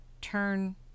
turn